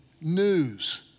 news